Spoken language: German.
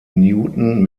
newton